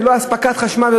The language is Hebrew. ללא אספקת חשמל,